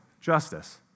justice